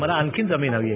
मला आणखीन जमीन हवीय